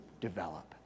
develop